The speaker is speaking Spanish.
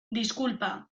disculpa